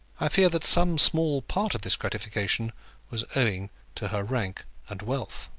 i fear that some small part of this gratification was owing to her rank and wealth.